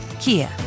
Kia